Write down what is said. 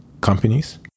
companies